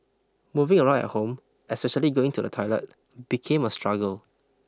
moving around at home especially going to the toilet became a struggle